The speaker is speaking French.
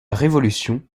révolution